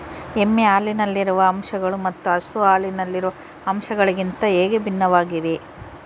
ಎಮ್ಮೆ ಹಾಲಿನಲ್ಲಿರುವ ಅಂಶಗಳು ಮತ್ತು ಹಸು ಹಾಲಿನಲ್ಲಿರುವ ಅಂಶಗಳಿಗಿಂತ ಹೇಗೆ ಭಿನ್ನವಾಗಿವೆ?